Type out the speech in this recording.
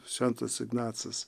šventas ignacas